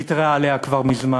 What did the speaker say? ויתרה עליה מזמן.